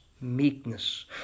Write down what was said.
meekness